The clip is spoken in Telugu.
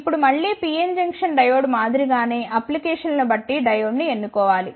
ఇప్పుడు మళ్ళీ PN జంక్షన్ డయోడ్ మాదిరి గానే అప్లికేషన్ లను బట్టి డయోడ్ను ఎన్నుకో వాలి